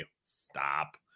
stop